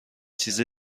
چیز